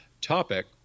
topic